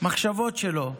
מחשבות שלו: